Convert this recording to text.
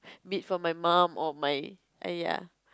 meet for my mom and my !aiya!